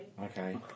Okay